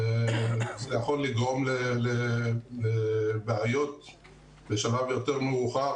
מה שיכול לגרום לבעיות בשלב יותר מאוחר